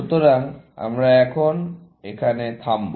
সুতরাং আমরা এখন এখানে থামব